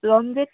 Ranjit